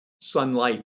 sunlight